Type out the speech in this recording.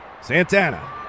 Santana